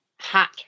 hot